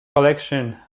collection